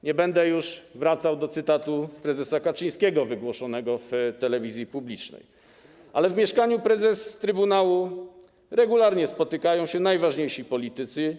Nie będę już wracał do cytatu z prezesa Kaczyńskiego wygłoszonego w telewizji publicznej, ale w mieszkaniu prezes trybunału regularnie spotykają się najważniejsi politycy.